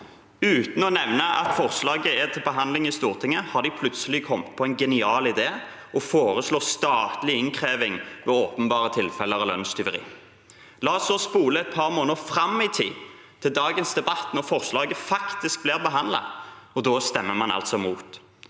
Uten å nevne at forslaget er til behandling i Stortinget har de plutselig kommet på en genial idé: å foreslå statlig innkreving i åpenbare tilfeller av lønnstyveri. La oss så spole et par måneder fram i tid, til dagens debatt, når forslaget faktisk blir behandlet. Da stemmer man altså mot.